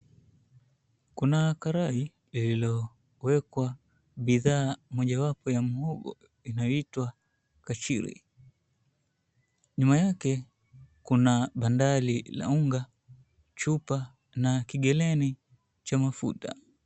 Kuna karai iliowekwa bidhaa moja wapo ya muhogo inayoitwa kachiri. Nyuma yake kuna bandari la unga, chupa na kigeleni cha mafuta.